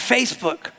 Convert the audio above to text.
Facebook